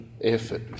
effort